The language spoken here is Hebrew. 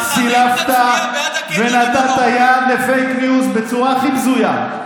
אתה סילפת ונתת יד לפייק ניוז בצורה הכי בזויה.